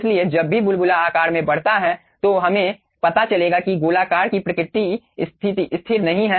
इसलिए जब भी बुलबुला आकार में बढ़ता है तो हमें पता चलेगा कि गोलाकार कि प्रकृति स्थिर नहीं है